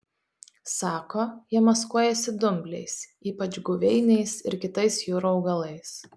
sako jie maskuojasi dumbliais ypač guveiniais ir kitais jūrų augalais